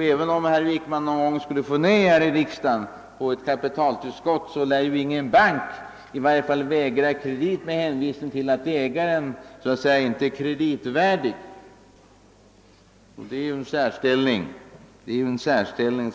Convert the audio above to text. Även om herr Wickman någon gång skulle få nej här i riksdagen på en begäran om kapitaltillskott, lär ingen bank vägra kredit med hänvisning till att ägaren inte skulle vara kreditvärdig. De statliga företagen har alltså en särställning.